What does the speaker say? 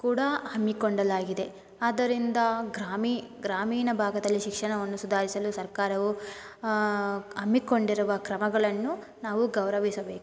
ಕೂಡಾ ಹಮ್ಮಿಕೊಡಲಾಗಿದೆ ಆದ್ದರಿಂದ ಗ್ರಾಮೀ ಗ್ರಾಮೀಣ ಭಾಗದಲ್ಲಿ ಶಿಕ್ಷಣವನ್ನು ಸುಧಾರಿಸಲು ಸರ್ಕಾರವು ಹಮ್ಮಿಕೊಂಡಿರುವ ಕ್ರಮಗಳನ್ನು ನಾವು ಗೌರವಿಸಬೇಕು